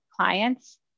clients